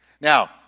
Now